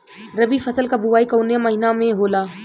रबी फसल क बुवाई कवना महीना में होला?